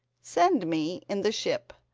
send me in the ship.